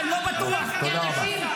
לא תצליחו -- להרוג מחבלים ולהכניע.